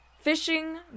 fishing